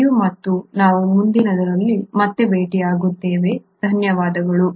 video ಮತ್ತು ನಾವು ಮುಂದಿನದರಲ್ಲಿ ಮತ್ತೆ ಭೇಟಿಯಾಗುತ್ತೇವೆ ಧನ್ಯವಾದಗಳು